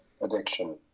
addiction